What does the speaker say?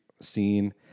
scene